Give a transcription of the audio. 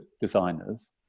designers